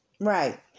Right